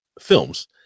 Films